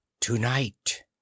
Tonight